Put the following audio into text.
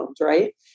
right